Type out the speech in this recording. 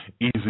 easy